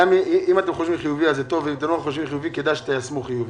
כדאי שתיישמו חיובי.